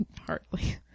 hardly